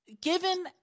given